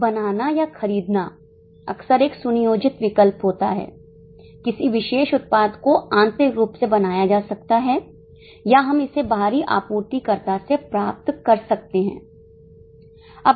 अब बनाना या खरीदना अक्सर एक सुनियोजित विकल्प होता है किसी विशेष उत्पाद को आंतरिक रूप से बनाया जा सकता है या हम इसे बाहरी आपूर्तिकर्ता से प्राप्त कर सकते हैं